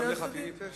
גם בחפים מפשע.